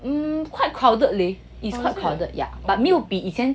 mmhmm quite crowded leh it's quite crowded yeah but 没有比以前